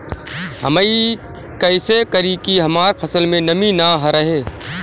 हम ई कइसे करी की हमार फसल में नमी ना रहे?